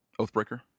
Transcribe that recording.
Oathbreaker